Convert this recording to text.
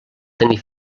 tenir